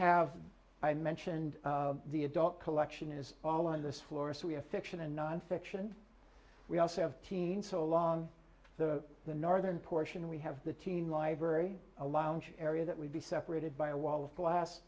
have i mentioned the adult collection is all on this floor so we have fiction and nonfiction we also have seen so along the the northern portion we have the teen library a lounge area that would be separated by a wall of glass